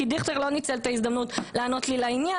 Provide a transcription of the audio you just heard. כי דיכטר לא ניצל את ההזדמנות לענות לי לעניין,